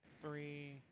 three